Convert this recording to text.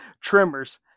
Tremors